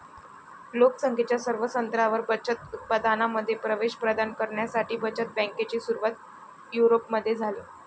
लोक संख्येच्या सर्व स्तरांवर बचत उत्पादनांमध्ये प्रवेश प्रदान करण्यासाठी बचत बँकेची सुरुवात युरोपमध्ये झाली